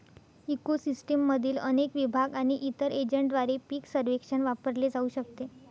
eco सिस्टीममधील अनेक विभाग आणि इतर एजंटद्वारे पीक सर्वेक्षण वापरले जाऊ शकते